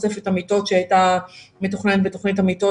תוספת המיטות שהייתה מתוכננת בתוכנית המיטות